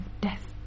death